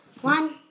one